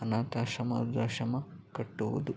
ಅನಾಥಾಶ್ರಮ ವೃದ್ಧಾಶ್ರಮ ಕಟ್ಟುವುದು